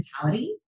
mentality